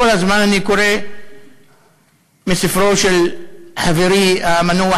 כל הזמן אני קורא בספרו של חברי המנוח